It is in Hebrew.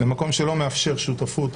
למקום שלא מאפשר שותפות